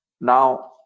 now